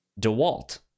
DeWalt